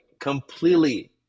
completely